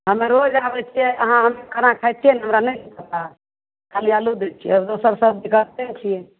हमे रोज आबै छियै अहाँ खाना खाय छियै ने हमरा नहि छै पता खाली आलू दै छियै दोसर सब्जी काटते नहि छियै